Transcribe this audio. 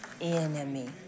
enemy